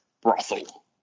brothel